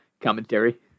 commentary